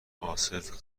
عاصف